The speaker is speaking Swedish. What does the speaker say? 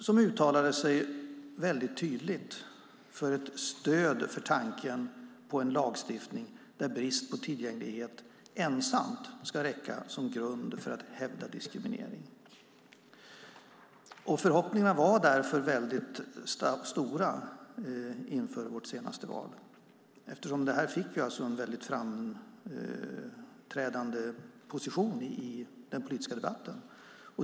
De uttalade väldigt tydligt ett stöd för tanken på en lagstiftning där brist på tillgänglighet ensamt ska räcka som grund för att hävda diskriminering. Förhoppningarna var därför väldigt stora inför vårt senaste val. Frågan fick en väldigt framträdande position i den politiska debatten.